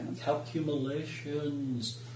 Calculations